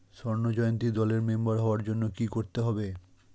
স্বর্ণ জয়ন্তী দলের মেম্বার হওয়ার জন্য কি করতে হবে?